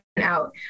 out